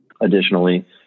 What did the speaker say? additionally